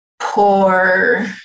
poor